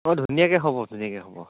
অঁ ধুনীয়াকৈ হ'ব ধুনীয়াকৈ হ'ব